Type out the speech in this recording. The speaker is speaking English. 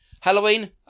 Halloween